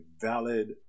valid